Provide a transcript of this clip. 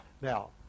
Now